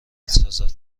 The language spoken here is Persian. سازد